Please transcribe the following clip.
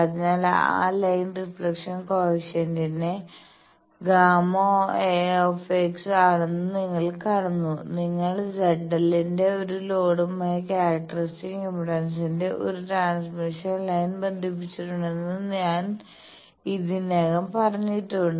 അതിനാൽ ആ line reflection കോയെഫിഷ്യന്റിന്റെ Γ ആണെന്ന് നിങ്ങൾ കാണുന്നു നിങ്ങൾ ZL ന്റെ ഒരു ലോഡുമായി ക്യാരക്ടറിസ്റ്റിക്സ് ഇംപെഡൻസിന്റെ ഒരു ട്രാൻസ്മിഷൻ ലൈൻ ബന്ധിപ്പിച്ചിട്ടുണ്ടെന്ന് ഞാൻ ഇതിനകം പറഞ്ഞിട്ടുണ്ട്